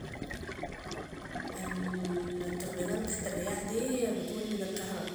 التوربينات بتاعة الرياح دي هي بتولد الكهرباء